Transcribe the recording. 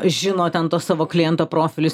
žino ten tuos savo kliento profilius